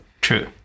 True